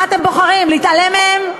מה אתם בוחרים, להתעלם מהם?